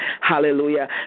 Hallelujah